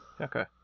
Okay